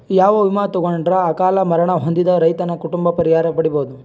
ಯಾವ ವಿಮಾ ತೊಗೊಂಡರ ಅಕಾಲ ಮರಣ ಹೊಂದಿದ ರೈತನ ಕುಟುಂಬ ಪರಿಹಾರ ಪಡಿಬಹುದು?